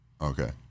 Okay